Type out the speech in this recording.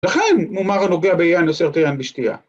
‫לכן מומר הנוגע ביין אוסר את היין לשתייה.